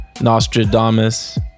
Nostradamus